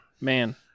man